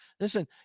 Listen